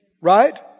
Right